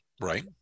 Right